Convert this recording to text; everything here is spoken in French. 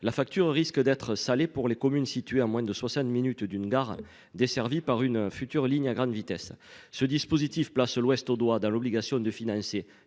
La facture risque d'être salée pour les communes situées à moins de 60 minutes d'une gare desservie par une future ligne à grande vitesse. Ce dispositif place l'ouest audois, dans l'obligation de financer